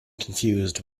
confused